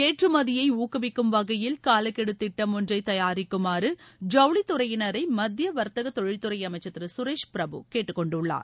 ஏற்றுமதியை ஊக்குவிக்கும் வகையில் காலக்கெடு திட்டம் ஒன்றை தயாரிக்குமாறு ஜவுளித்துறையினரை மத்திய வர்த்தக தொழில்துறை அமைச்சர் திரு சுரேஷ் பிரபு கேட்டுக்கொண்டுள்ளார்